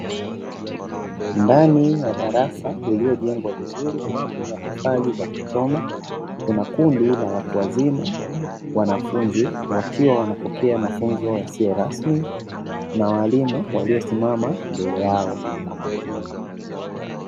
Ndani ya darasa iliyojengwa vizuri kwa kutumia tofali za kuchoma, kuna kundi la watu wazima wanafunzi wakiwa wanapokea mafunzo yasiyo rasmi, na walimu waliosimama mbele yao.